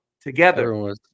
together